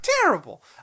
terrible